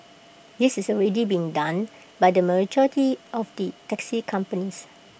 this is already being done by the majority of the taxi companies